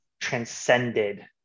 transcended